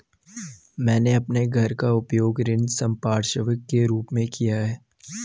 मैंने अपने घर का उपयोग ऋण संपार्श्विक के रूप में किया है